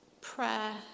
prayer